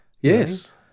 Yes